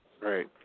Right